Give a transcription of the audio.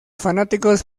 fanáticos